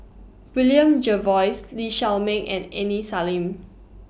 William Jervois Lee Shao Meng and Aini Salim